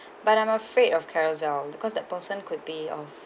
but I'm afraid of Carousell because that person could be of